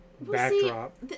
backdrop